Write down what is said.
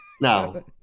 no